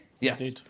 Yes